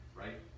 right